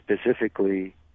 specifically